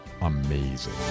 amazing